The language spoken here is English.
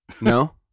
No